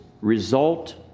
result